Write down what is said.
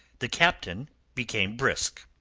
the captain became brisk.